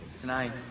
Tonight